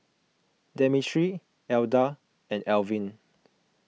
Demetri Edla and Elvin